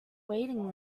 waiting